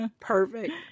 Perfect